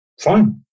fine